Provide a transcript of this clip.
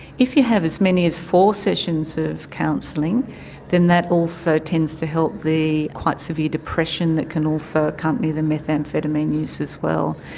if you have as many as four sessions of counselling then that also tends to help the quite severe depression that can also accompany the methamphetamine use as well.